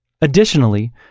Additionally